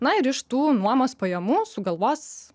na ir iš tų nuomos pajamų sugalvos